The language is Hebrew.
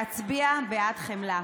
להצביע בעד חמלה.